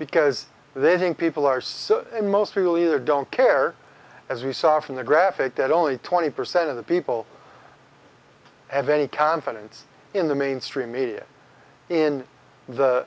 because they think people are so in mosul either don't care as we saw from the graphic that only twenty percent of the people have any confidence in the mainstream media in the